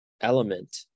element